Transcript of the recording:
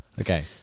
Okay